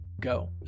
go